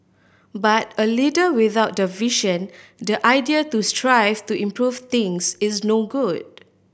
but a leader without the vision the idea to strive to improve things is no good